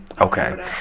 Okay